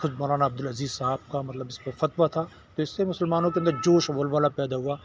خود مولانا عبدالعزیز صاحب کا مطلب اس پہ فتویٰ تھا تو اس سے مسلمانوں کے اندر جوش و ولولہ پیدا ہوا